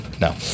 No